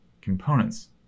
components